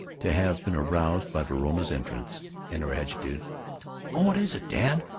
to have been aroused by verona's entrance and her agitated oh, what is it, dad?